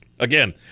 Again